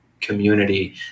community